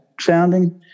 sounding